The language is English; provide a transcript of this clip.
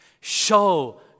Show